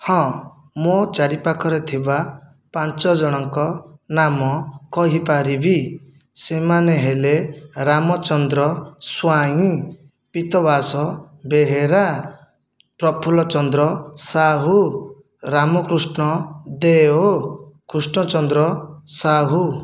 ହଁ ମୋ' ଚାରିପାଖରେ ଥିବା ପାଞ୍ଚ ଜଣଙ୍କ ନାମ କହିପାରିବି ସେମାନେ ହେଲେ ରାମଚନ୍ଦ୍ର ସ୍ଵାଇଁ ପୀତବାସ ବେହେରା ପ୍ରଫୁଲ୍ଲ ଚନ୍ଦ୍ର ସାହୁ ରାମକୃଷ୍ଣ ଦେଓ କୃଷ୍ଣଚନ୍ଦ୍ର ସାହୁ